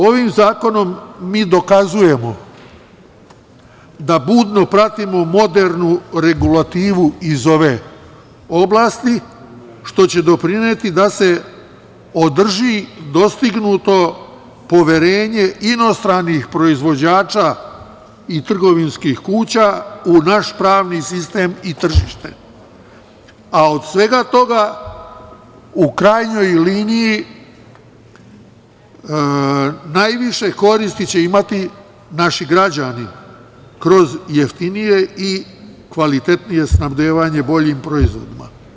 Ovim zakonom mi dokazujemo da budno pratimo modernu regulativu iz ove oblasti, što će doprineti da se održi dostignuto poverenje inostranih proizvođača i trgovinskih kuća u naš pravni sistem i tržište, a od svega toga u krajnjoj liniji najviše koristi će imati naši građani kroz jeftinije i kvalitetnije snabdevanje boljim proizvodima.